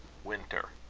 winter.